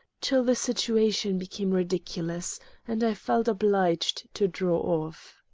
till the situation became ridiculous and i felt obliged to draw off.